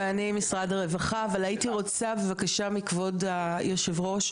הייתי רוצה, בבקשה, מכבוד היו"ר,